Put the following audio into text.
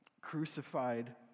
crucified